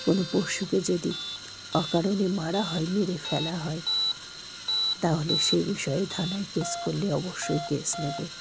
কোনো পশুকে যদি অকারণে মারা হয় মেরে ফেলা হয় তাহলে সে বিষয়ে থানায় কেস করলে অবশ্যই কেস নেবে